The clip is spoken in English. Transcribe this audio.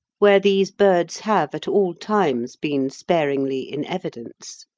where these birds have at all times been sparingly in evidence.